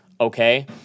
okay